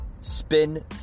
Spin